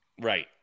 Right